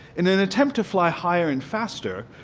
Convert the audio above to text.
in an attempt to fly higher and faster,